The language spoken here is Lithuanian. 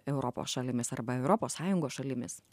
europos šalimis arba europos sąjungos šalimis